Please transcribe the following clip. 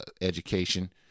education